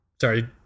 Sorry